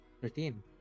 Thirteen